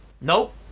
Nope